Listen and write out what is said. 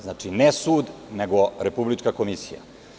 Znači, ne sud, nego Republička komisija.